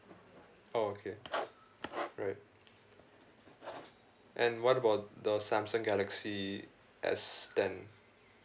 oh okay right and what about the samsung galaxy S ten